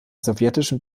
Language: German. sowjetischen